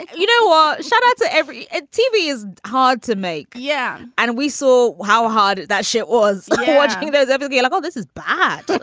you know? um shout out to every tv is hard to make. yeah. and we saw how hard that shit was watching those ever be like, oh, this is bad.